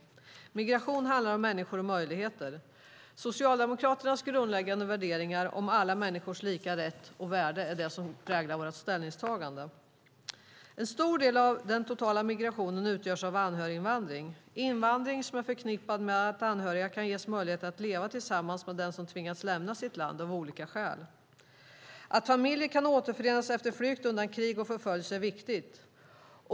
Migration handlar om människor och möjligheter. Socialdemokraternas grundläggande värderingar om alla människors lika rätt och lika värde är det som präglar vårt ställningstagande. En stor del av den totala migrationen utgörs av anhöriginvandring - invandring som är förknippad med att anhöriga kan ges möjlighet att leva tillsammans med den som av olika skäl tvingats lämna sitt land. Att familjer kan återförenas efter flykt undan krig och förföljelse är viktigt.